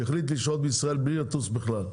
שהחליט לשהות בישראל בלי לטוס בכלל.